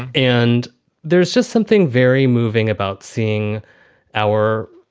and there's just something very moving about seeing our.